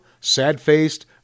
sad-faced